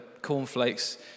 cornflakes